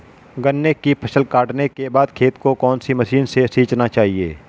गन्ने की फसल काटने के बाद खेत को कौन सी मशीन से सींचना चाहिये?